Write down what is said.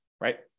right